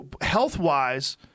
health-wise